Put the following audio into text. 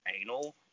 anal